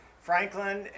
Franklin